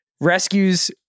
rescues